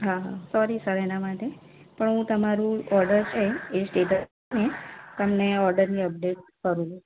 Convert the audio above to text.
હા હા sorry sir એના માટે પણ હું તમારું ઓડર એન એ સ્ટેટ્સ હ તમને એ ઓર્ડરની અપડેટ કરું ઓકે